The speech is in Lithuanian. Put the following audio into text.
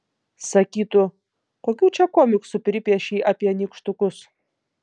sakytų kokių čia komiksų pripiešei apie nykštukus